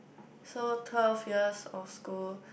so twelve years of school